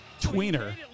tweener